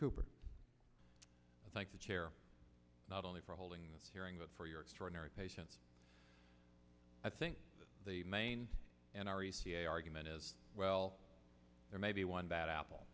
cooper i thank the chair not only for holding this hearing but for your extraordinary patience i think the main and r e c a argument is well there may be one bad apple